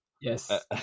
yes